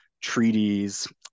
treaties